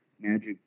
Magic